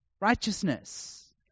Righteousness